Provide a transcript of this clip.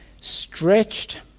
stretched